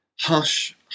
Hush